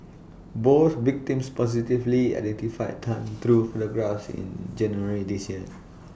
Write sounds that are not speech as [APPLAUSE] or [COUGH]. both victims positively identified [NOISE] Tan through photographs in January this year